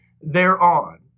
thereon